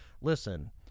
Listen